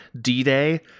D-Day